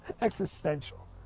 existential